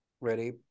Ready